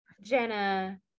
Jenna